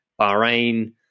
bahrain